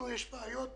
לנו יש בעיות